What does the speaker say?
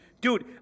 Dude